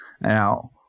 Now